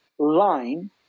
line